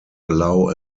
allow